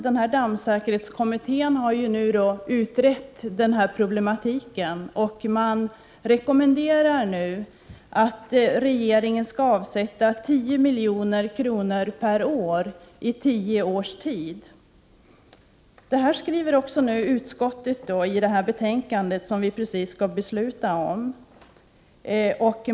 Dammsäkerhetskommittén har utrett denna problematik och rekommenderar att regeringen skall avsätta 10 milj.kr. per år i tio års tid. Detta skriver utskottet i det betänkande som ligger till grund för det beslut vi skall fatta.